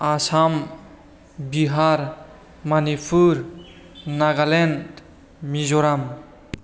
Assam Bihar Manipur Nagaland Mizoram